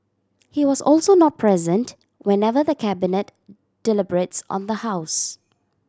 he was also not present whenever the Cabinet deliberates on the house